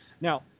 Now